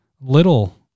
little